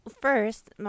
First